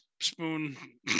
spoon